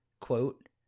quote